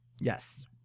Yes